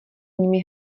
nimi